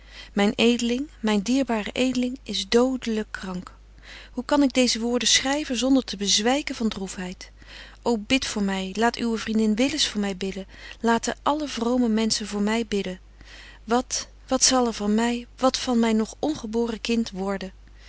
myn edeling myn dierbare edeling is dodelyk krank hoe kan ik deeze woorden schryven zonder te bezwyken van droefheid ô bid voor my laat uwe vriendin willis voor my bidden laten alle vrome menschen voor my bidden wat wat zal er van my wat van myn nog ongeboren kind worden